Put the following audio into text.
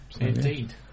indeed